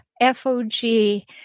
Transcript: F-O-G